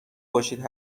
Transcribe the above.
باشید